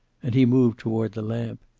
and he moved toward the lamp.